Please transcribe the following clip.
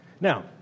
Now